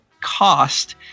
cost